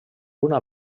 una